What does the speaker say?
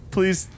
Please